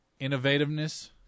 innovativeness